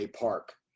park